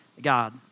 God